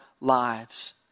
lives